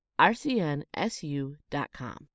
rcnsu.com